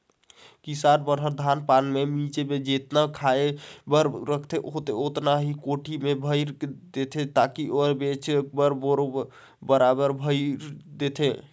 किसान मन ह धान पान के मिंजे ले जेतना खाय बर रखना होथे ओतना ल कोठी में भयर देथे बाकी ल बेचे बर बोरा में भयर देथे